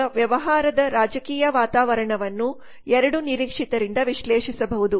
ಈಗ ವ್ಯವಹಾರದ ರಾಜಕೀಯ ವಾತಾವರಣವನ್ನು 2 ನಿರೀಕ್ಷಿತರಿಂದ ವಿಶ್ಲೇಷಿಸಬಹುದು